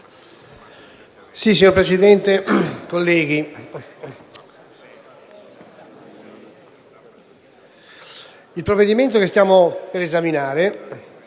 Signora Presidente, colleghi, il provvedimento che stiamo per esaminare